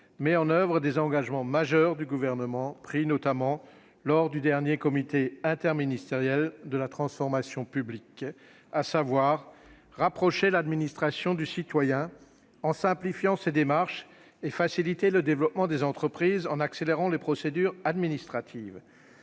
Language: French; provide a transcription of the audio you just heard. met en oeuvre des engagements majeurs du Gouvernement, pris notamment lors du dernier comité interministériel de la transformation publique : rapprocher l'administration du citoyen en simplifiant les démarches et faciliter le développement des entreprises en accélérant les procédures administratives.